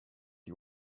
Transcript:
you